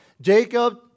Jacob